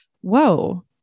whoa